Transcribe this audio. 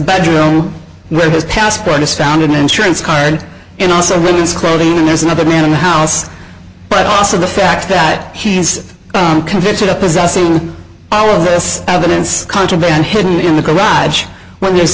bedroom where his passport is found an insurance card and also with his clothing there's another man in the house but also the fact that he is convicted of possessing all of this evidence contraband hidden in the garage when there's